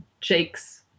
Jake's